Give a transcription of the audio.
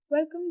Welcome